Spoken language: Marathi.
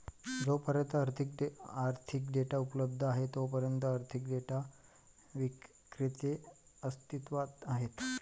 जोपर्यंत आर्थिक डेटा उपलब्ध आहे तोपर्यंत आर्थिक डेटा विक्रेते अस्तित्वात आहेत